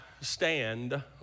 stand